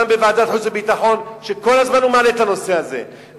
גם בוועדת חוץ וביטחון הוא מעלה את הנושא הזה כל הזמן.